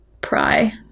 pry